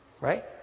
Right